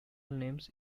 names